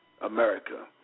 America